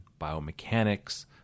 biomechanics